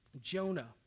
Jonah